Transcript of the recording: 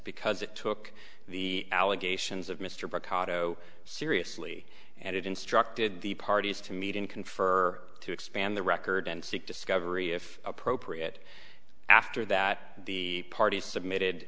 because it took the allegations of mr kotto seriously and it instructed the parties to meet and confer to expand the record and seek discovery if appropriate after that the parties submitted